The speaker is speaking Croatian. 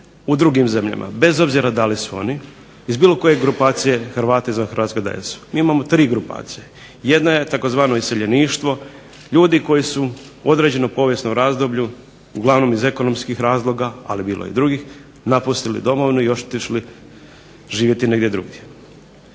u drugim zemljama, bez obzira da li su oni iz bilo koje grupacije Hrvata izvan Hrvatske da jesu. Mi imamo tri grupacije. Jedna je tzv. iseljeništvo, ljudi koji su u određenom povijesnom razdoblju, uglavnom iz ekonomskih razloga ali bilo je i drugih, napustili domovinu i otišli živjeti negdje drugdje.